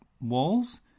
walls